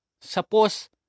Suppose